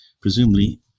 presumably